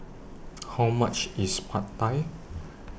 How much IS Pad Thai